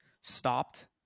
stopped